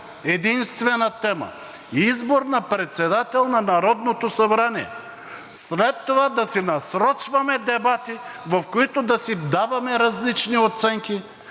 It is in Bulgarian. една-единствена тема: избор на председател на Народното събрание. След това да си насрочваме дебати, в които да си даваме различни оценки